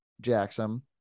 Jackson